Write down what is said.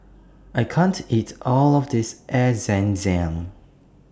I can't eat All of This Air Zam Zam